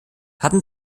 hatten